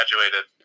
graduated